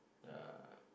yeah